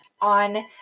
On